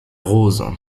rose